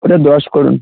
ওটা দশ করুন